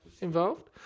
involved